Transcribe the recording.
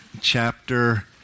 chapter